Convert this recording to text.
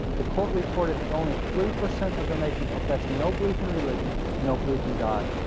the court reported that only three percent of the nation professed no belief in religion, no belief in god.